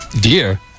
Dear